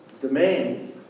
demand